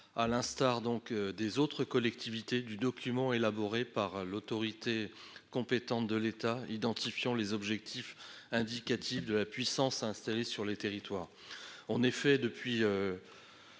à l'instar des autres collectivités, destinataires du document élaboré par l'autorité compétente de l'État, identifiant les objectifs indicatifs de la puissance à installer sur les territoires. En effet, depuis